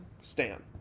Stan